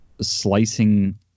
slicing